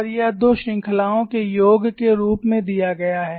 और यह दो श्रृंखलाओं के योग के रूप में दिया गया है